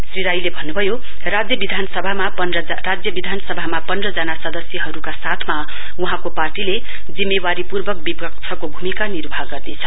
श्री राईले भन्नुभयो राज्यविधानसभामा पन्धजना सदस्यहरुका साथमा वहाँको पार्टीले जिम्मावारीपूर्वक विपक्षीको भूमिका निर्वाह गर्नेछ